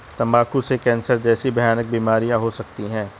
तंबाकू से कैंसर जैसी भयानक बीमारियां हो सकती है